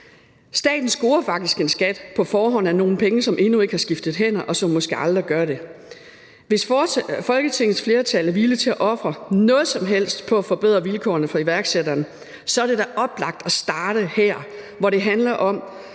Staten scorer faktisk en skat på forhånd af nogle penge, som endnu ikke har skiftet hænder, og som måske aldrig gør det. Hvis Folketingets flertal er villige til at ofre noget som helst på at forbedre vilkårene for iværksætterne, er det da oplagt at starte her, hvor det handler om